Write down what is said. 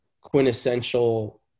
quintessential